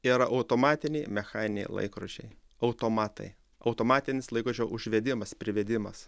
yra automatiniai mechaniniai laikrodžiai automatai automatinis laikrodžio užvedimas privedimas